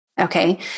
Okay